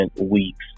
weeks